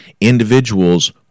Individuals